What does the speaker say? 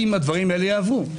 אם הדברים האלה יעברו.